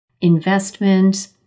investment